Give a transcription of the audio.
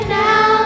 now